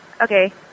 Okay